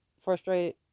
frustrated